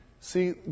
See